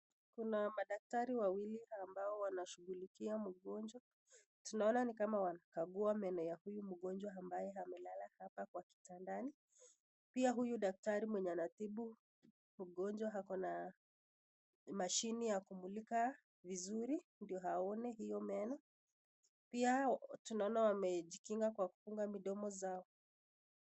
Kuna madaktari wawili ambao wanashughulikia mgonjwa tunaona ni kama wanakagua meno ya huyu mgonjwa ambaye amelala hapa kwa kitandani pia huyu daktari mwenye anatibu ugonjwa ako na mashine ya kumlika vizuri ndio aone hiyo meno pia tunaona wamejikinga kwa kufunga midomo.